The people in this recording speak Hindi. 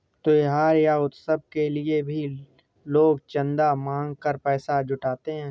त्योहार या उत्सव के लिए भी लोग चंदा मांग कर पैसा जुटाते हैं